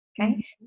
okay